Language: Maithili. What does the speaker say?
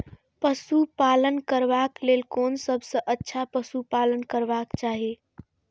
पशु पालन करबाक लेल कोन सबसँ अच्छा पशु पालन करबाक चाही?